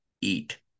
eat